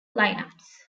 lineups